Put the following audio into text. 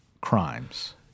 crimes